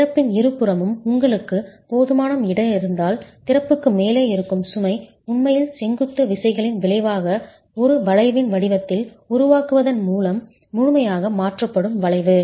திறப்பின் இருபுறமும் உங்களுக்கு போதுமான இடம் இருந்தால் திறப்புக்கு மேலே இருக்கும் சுமை உண்மையில் செங்குத்து விசைகளின் விளைவாக ஒரு வளைவின் வடிவத்தில் உருவாக்குவதன் மூலம் முழுமையாக மாற்றப்படும் வளைவு